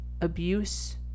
abuse